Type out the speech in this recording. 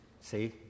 See